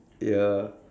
ya